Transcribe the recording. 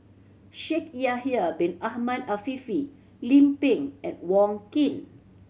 Shaikh Yahya Bin Ahmed Afifi Lim Pin and Wong Keen